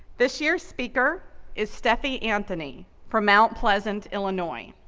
this year's speaker is steffi antony from mount pleasant, illinois.